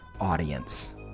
audience